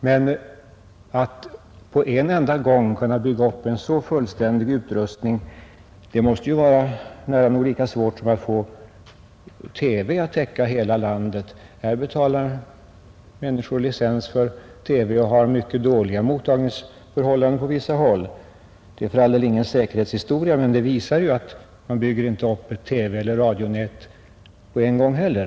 Men att på en gång kunna bygga upp en så fullständig utrustning måste ju vara nära nog lika svårt som att få TV att täcka hela landet. Här betalar människor nu licens för TV och har mycket dåliga mottagningsförhållanden på vissa håll. Det är för all del ingen säkerhetshistoria, men det visar att man bygger inte upp ett TV eller radionät så där på en gång heller.